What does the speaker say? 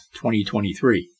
2023